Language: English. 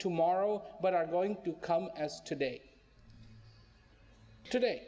tomorrow but are going to come as today today